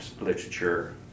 literature